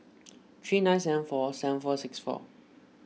three nine seven four seven four six four